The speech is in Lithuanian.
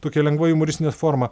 tokia lengva jumoristine forma